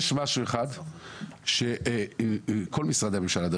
יש משהו אחד והוא מה זמן התגובה של כל משרדי הממשלה.